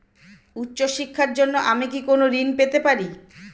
উচ্চশিক্ষার জন্য আমি কি কোনো ঋণ পেতে পারি?